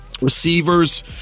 receivers